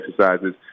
exercises